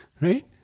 Right